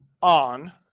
on